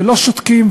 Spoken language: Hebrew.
ולא שותקים,